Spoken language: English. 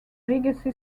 legacy